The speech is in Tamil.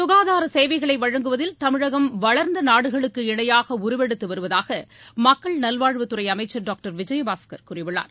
சுகாதார சேவைகளை வழங்குவதில் தமிழகம் வளர்ந்த நாடுகளுக்கு இணையாக உருவெடுத்து வருவதாக மக்கள் நல்வாழ்வுத்துறை அமைச்சர் டாக்டர் விஜயபாஸ்கர் கூறியுள்ளார்